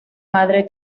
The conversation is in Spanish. madre